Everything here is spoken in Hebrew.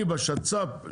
אני בשצ"פ,